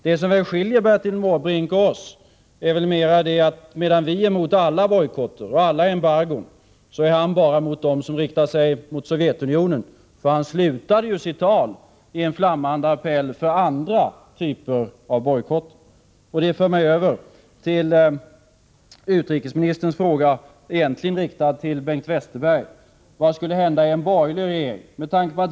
Det som skiljer Bertil Måbrink och oss är väl att medan vi är emot alla bojkotter och alla embargon, är han bara emot dem som riktar sig mot Sovjetunionen. Han slutade ju sitt tal i en flammande appell för andra typer av bojkotter. Detta för mig över till utrikesministerns fråga, egentligen riktad till Bengt Westerberg, om vad som skulle hända under en borgerlig regering.